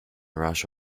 rush